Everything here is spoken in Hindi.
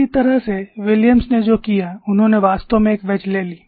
इसी तरह से विलियम्सWilliam's ने जो किया उन्होंने वास्तव में एक वैज ले ली